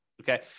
okay